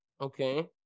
okay